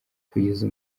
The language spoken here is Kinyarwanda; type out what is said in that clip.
kugeza